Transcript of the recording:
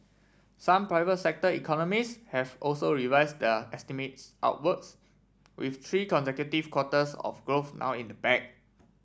some private sector economists have also revise their estimates upwards with three consecutive quarters of growth now in the bag